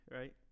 Right